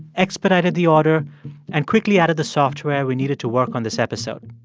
expedited the order and quickly added the software we needed to work on this episode.